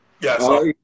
Yes